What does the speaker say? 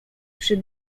przy